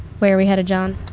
where are we headed, john?